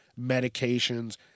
medications